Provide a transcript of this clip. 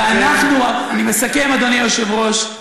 אני מסכם, אדוני היושב-ראש.